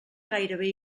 gairebé